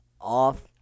off